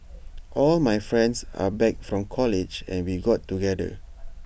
all my friends are back from college and we got together